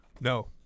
No